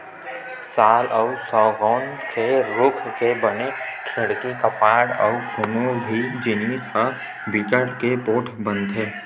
साल अउ सउगौन के रूख ले बने खिड़की, कपाट अउ कोनो भी जिनिस ह बिकट के पोठ बनथे